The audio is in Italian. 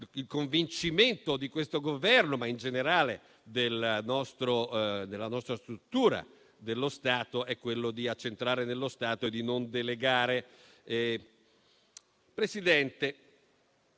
il convincimento di questo Governo, ma in generale della nostra struttura statale, è di accentrare nello Stato e di non delegare. Presidente